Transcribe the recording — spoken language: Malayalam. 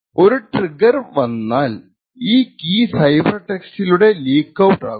ഒരു ട്രിഗർ വന്നാൽ ഈ കീ സൈഫർ ടെസ്റ്റിലൂടെ ലീക്ക് ഔട്ട് ആകും